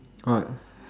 what